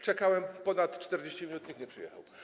Czekałem ponad 40 minut, nikt nie przyjechał.